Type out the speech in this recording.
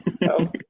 no